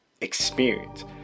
experience